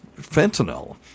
fentanyl